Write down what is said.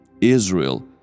Israel